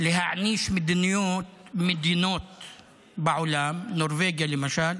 להעניש מדינות בעולם, נורבגיה למשל,